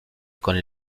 con